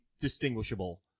distinguishable